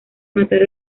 matar